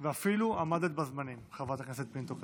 אפילו עמדת בזמנים, חברת הכנסת פינטו קדוש.